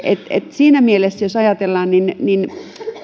siinä mielessä jos ajatellaan niin niin